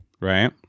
right